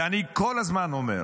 ואני כל הזמן אומר,